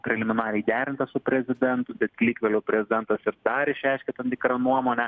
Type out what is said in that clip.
preliminariai derintas su prezidentu bet lyg vėliau prezidentas ir dar išreiškė tam tikrą nuomonę